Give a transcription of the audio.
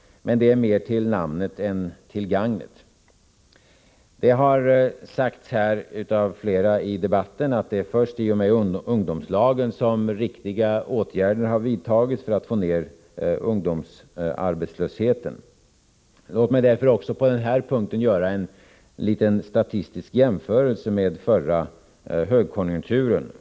Men det är mer till namnet än till gagnet. Det har sagts av flera i debatten här att det är först i och med ungdomslagen som riktiga åtgärder har vidtagits för att få ned ungdomsarbetslösheten. Låt mig därför också på denna punkt göra en statistisk jämförelse med läget i slutet av den förra högkonjunkturen.